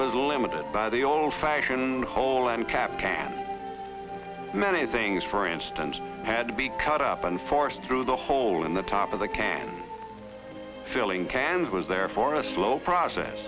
limited by the old fashioned hall and kept many things for instance had to be cut up and forced through the hole in the top of the cans filling cans was there for a slow process